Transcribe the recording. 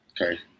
Okay